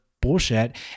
bullshit